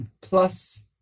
plus